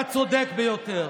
הצודק ביותר.